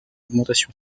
augmentation